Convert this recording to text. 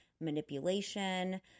manipulation